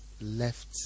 left